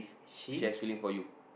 she has feeling for you